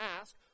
ask